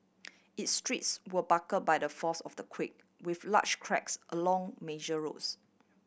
its streets were buckle by the force of the quake with large cracks along major roads